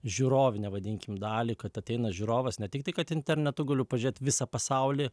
žiūrovinę vadinkim dalį kad ateina žiūrovas ne tik tai kad internetu galiu pažiūrėt visą pasaulį